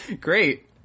Great